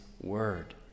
word